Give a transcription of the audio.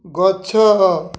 ଗଛ